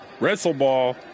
Wrestleball